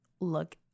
look